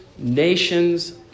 nations